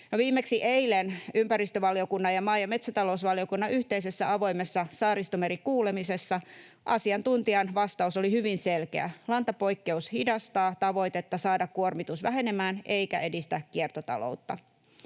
viimeksi eilen ympäristövaliokunnan ja maa- ja metsätalousvaliokunnan yhteisessä avoimessa Saaristomeri-kuulemisessa asiantuntijan vastaus oli hyvin selkeä: lantapoikkeus hidastaa tavoitetta saada kuormitus vähenemään eikä edistä kiertotaloutta.